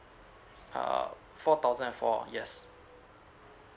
err four thousand and four yes